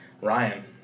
Ryan